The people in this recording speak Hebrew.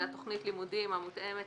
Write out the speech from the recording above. אלא תכנית לימודים המותאמת